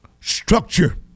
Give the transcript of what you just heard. structure